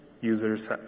users